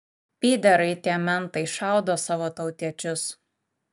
pyderai tie mentai šaudo savo tautiečius